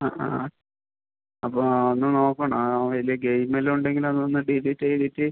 ആ ആ അപ്പോൾ ഒന്ന് നോക്കണം അതിൽ ഗെയിമെല്ലാം ഉണ്ടെങ്കിൽ അത് ഒന്ന് ഡിലീറ്റ് ചെയ്തിട്ട്